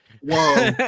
Whoa